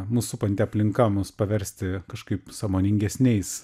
mus supanti aplinka mus paversti kažkaip sąmoningesniais